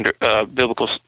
biblical